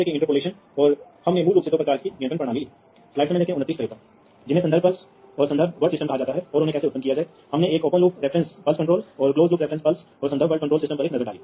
तो यहां आपके पास केवल एक जोड़ी तार है जिसके आधार पर डिजिटल डेटा या तो बेसबैंड में या मॉड्यूलेशन का उपयोग करके प्रसारित किया जाता है